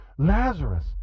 Lazarus